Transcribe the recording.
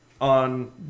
on